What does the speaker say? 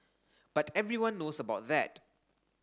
but everyone knows about that